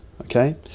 okay